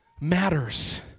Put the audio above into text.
matters